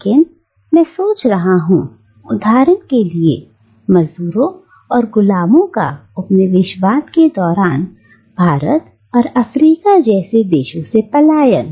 लेकिन मैं सोच रहा हूं उदाहरण के लिए मजदूरों और गुलामों का उपनिवेशवाद के दौरान भारत और अफ्रीका जैसे देशों से पलायन